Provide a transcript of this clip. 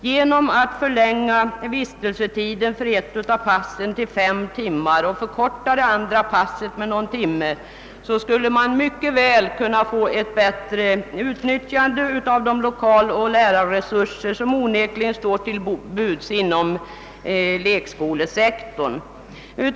Genom att förlänga vistelsetiden för ett av passen till fem timmar och förkorta det andra passet med någon timme skulle man mycket väl kunna få till stånd ett bättre utnyttjande av de lokaloch lärarresurser som onekligen står till buds inom lekskolesektorn.